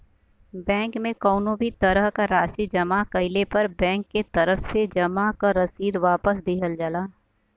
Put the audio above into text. bank में कउनो भी तरह क राशि जमा कइले पर बैंक के तरफ से जमा क रसीद वापस दिहल जाला